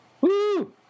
Woo